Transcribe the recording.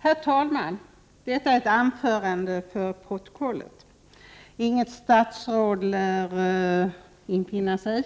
Herr talman! Detta är ett anförande för protokollet. Inget statsråd lär infinna sig.